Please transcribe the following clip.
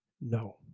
No